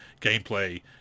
gameplay